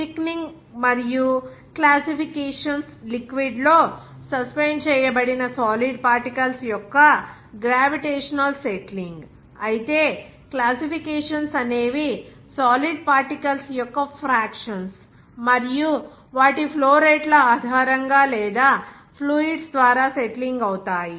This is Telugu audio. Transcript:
థిక్నింగ్ మరియు క్లాసిఫికేషన్స్ లిక్విడ్ లో సస్పెండ్ చేయబడిన సాలిడ్ పార్టికల్స్ యొక్క గ్రావిటేషనల్ సెట్లింగ్ అయితే క్లాసిఫికేషన్స్ అనేవి సాలిడ్ పార్టికల్స్ యొక్క ఫ్రాక్షన్స్ మరియు వాటి ఫ్లో రేట్ల ఆధారంగా లేదా ఫ్లూయిడ్స్ ద్వారా సెట్లింగ్ అవుతాయి